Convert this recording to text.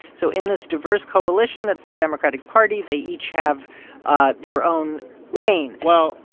so in this diverse coalition that's the democratic party, they each have their own lane well,